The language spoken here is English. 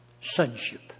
sonship